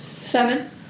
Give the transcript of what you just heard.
Seven